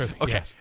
okay